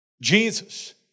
Jesus